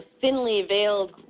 ...thinly-veiled